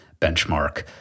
benchmark